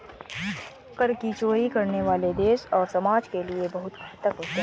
कर की चोरी करने वाले देश और समाज के लिए बहुत घातक होते हैं